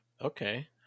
Okay